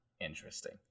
interesting